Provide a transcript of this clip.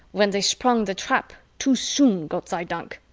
when they sprung the trap too soon, gott sei dank?